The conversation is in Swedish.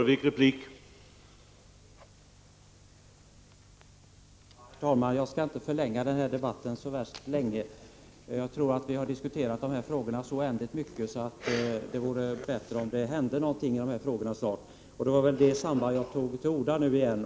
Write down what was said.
Herr talman! Jag skall inte förlänga denna debatt mycket mer. Jag tror att vi har diskuterat dessa frågor så oändligt mycket att det vore bättre om det hände något snart. Det var därför jag tog till orda igen.